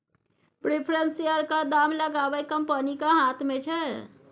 preference शेयरक दाम लगाएब कंपनीक हाथ मे छै